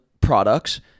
products